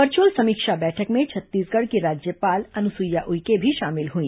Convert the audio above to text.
virtual समीक्षा बैठक में छत्तीसगढ़ की राज्यपाल अनुसुईया उइके भी शामिल हुई